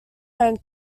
home